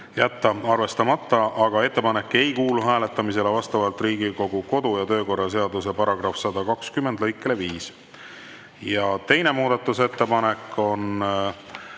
jätta arvestamata. Ettepanek ei kuulu hääletamisele vastavalt Riigikogu kodu‑ ja töökorra seaduse § 120 lõikele 5. Ja teise muudatusettepaneku on